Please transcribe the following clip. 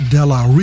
Della